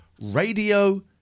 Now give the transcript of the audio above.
Radio